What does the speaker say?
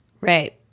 Right